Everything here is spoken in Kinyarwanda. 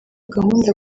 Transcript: gahunda